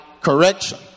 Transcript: correction